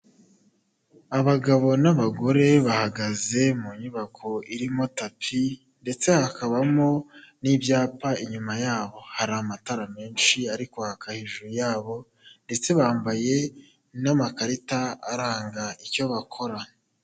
Abagabo n'abagore bahagaze mu nyubako irimo tapi ndetse hakabamo n'ibyapa. Inyuma yaho hari amatara menshi ari kwaka, hejuru yabo ndetse bambaye n'amakarita aranga icyo bakora.